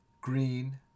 green